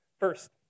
First